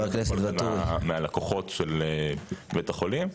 בכל אופן מהלקוחות של בית החולים.